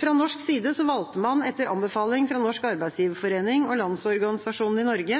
Fra norsk side valgte man, etter anbefaling fra Norsk Arbeidsgiverforening og Landsorganisasjonen i Norge,